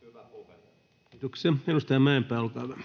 [Petri Huru: Hyvä